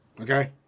Okay